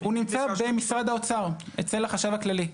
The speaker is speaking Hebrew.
הוא נמצא במשרד האוצר אצל החשב הכללי.